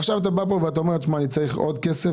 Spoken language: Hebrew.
עכשיו אתה בא ואומר שאתה צריך עוד כסף